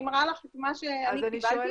אני מראה לך את מה שאני קיבלתי,